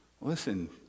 Listen